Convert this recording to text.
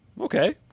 okay